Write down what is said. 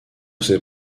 ses